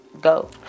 Go